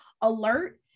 alert